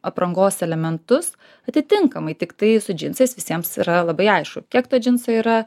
aprangos elementus atitinkamai tiktai su džinsais visiems yra labai aišku kiek to džinso yra